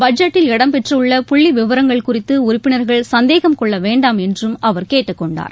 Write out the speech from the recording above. பட்ஜெட்டில் இடம் பெற்றுள்ள புள்ளி விவரங்கள் குறித்து உறுப்பினர்கள் சந்தேகம் கொள்ள வேண்டாம் என்றும் அவர் கேட்டுக் கொண்டார்